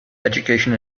education